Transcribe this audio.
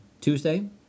Tuesday